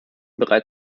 bereits